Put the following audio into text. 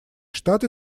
штаты